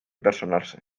personarse